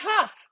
tough